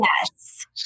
Yes